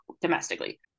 domestically